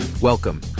Welcome